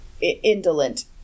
indolent